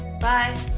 Bye